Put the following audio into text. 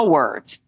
words